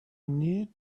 need